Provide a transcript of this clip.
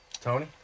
Tony